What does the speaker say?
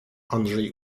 andrzej